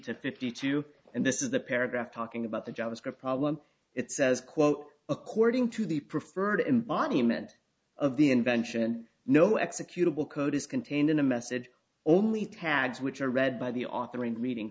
to fifty two and this is the paragraph talking about the javascript problem it says quote according to the preferred embodiment of the invention no executable code is contained in a message only tags which are read by the author and reading